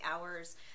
hours